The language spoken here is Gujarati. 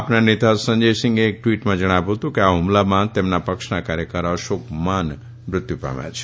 આપ ના નેતા સંજયસિંગે એક ટવીટમાં જણાવ્યું હતું કે આ ફમલામાં તેમના પક્ષના કાર્યકર અશોક માન મૃત્યુ પામ્યા છે